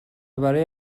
برای